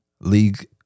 league